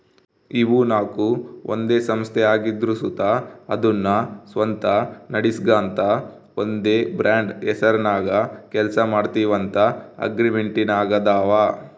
ಇವು ನಾಕು ಒಂದೇ ಸಂಸ್ಥೆ ಆಗಿದ್ರು ಸುತ ಅದುನ್ನ ಸ್ವಂತ ನಡಿಸ್ಗಾಂತ ಒಂದೇ ಬ್ರಾಂಡ್ ಹೆಸರ್ನಾಗ ಕೆಲ್ಸ ಮಾಡ್ತೀವಂತ ಅಗ್ರಿಮೆಂಟಿನಾಗಾದವ